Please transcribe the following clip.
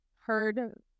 heard